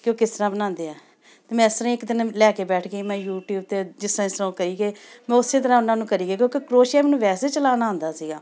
ਕਿ ਉਹ ਕਿਸ ਤਰ੍ਹਾਂ ਬਣਾਉਂਦੇ ਆ ਮੈਂ ਇਸ ਤਰ੍ਹਾਂ ਇੱਕ ਦਿਨ ਲੈ ਕੇ ਬੈਠ ਗਈ ਮੈਂ ਯੂਟੀਊਬ 'ਤੇ ਜਿਸ ਤਰ੍ਹਾਂ ਜਿਸ ਤਰ੍ਹਾਂ ਉਹ ਕਹੀ ਗਏ ਮੈਂ ਉਸ ਤਰ੍ਹਾਂ ਉਹਨਾਂ ਨੂੰ ਕਰੀ ਗਈ ਕਿਉਂਕਿ ਕਰੋਸ਼ੀਆ ਮੈਨੂੰ ਵੈਸੇ ਚਲਾਉਣਾ ਆਉਂਦਾ ਸੀਗਾ